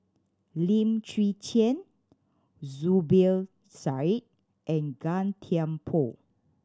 Lim Chwee Chian Zubir Said and Gan Thiam Poh